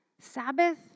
Sabbath